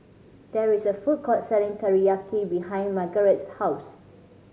there is a food court selling Teriyaki behind Margarete's house